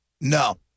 No